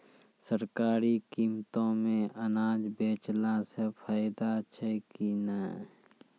सरकारी कीमतों मे अनाज बेचला से फायदा छै कि नैय?